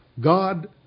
God